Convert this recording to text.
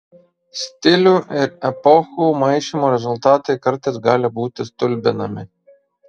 stilių ir epochų maišymo rezultatai kartais gali būti stulbinami